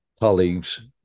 colleagues